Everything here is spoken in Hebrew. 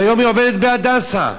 והיום היא עובדת ב"הדסה",